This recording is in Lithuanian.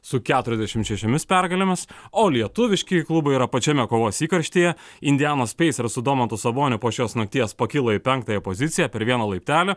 su keturiasdešim šešiomis pergalėmis o lietuviškieji klubai yra pačiame kovos įkarštyje indianos pacers su domantu saboniu po šios nakties pakilo į penktąją poziciją per vieną laiptelį